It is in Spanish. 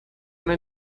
una